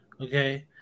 okay